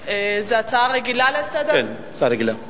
האם זאת הצעה רגילה לסדר-היום?